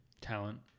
talent